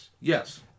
Yes